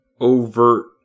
overt